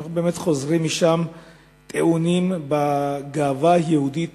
אנחנו חוזרים משם טעונים בגאווה היהודית